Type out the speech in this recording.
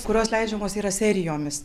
kurios leidžiamos yra serijomis